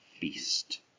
feast